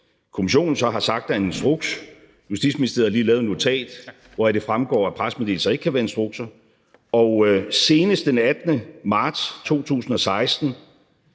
kommissionen så har sagt er en instruks; Justitsministeriet har lige lavet et notat, hvoraf det fremgår, at pressemeddelelser ikke kan være instrukser. Og senest den 18. marts 2016